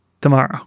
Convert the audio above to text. tomorrow